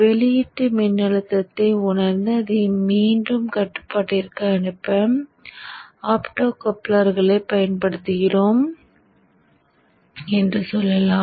வெளியீட்டு மின்னழுத்தத்தை உணர்ந்து அதை மீண்டும் கட்டுப்பாட்டிற்கு அனுப்ப ஆப்டோகூப்ளர்களைப் பயன்படுத்துகிறோம் என்று சொல்லலாம்